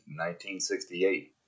1968